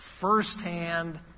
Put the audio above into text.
firsthand